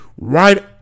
right